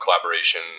collaboration